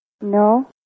No